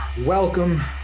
welcome